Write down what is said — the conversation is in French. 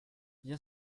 bien